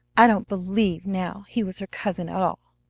i don't believe now he was her cousin at all.